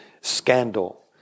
scandal